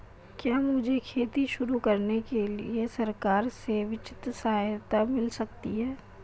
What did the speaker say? क्या मुझे खेती शुरू करने के लिए सरकार से वित्तीय सहायता मिल सकती है?